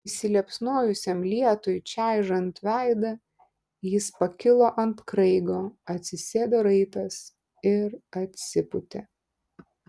įsiliepsnojusiam lietui čaižant veidą jis pakilo ant kraigo atsisėdo raitas ir atsipūtė